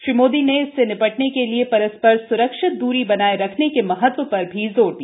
श्री मोदी ने इससे निपटने के लिए परस्पर स्रक्षित द्री बनाये रखने के महत्व पर भी जोर दिया